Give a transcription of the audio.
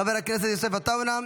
חבר הכנסת יוסף עטאונה,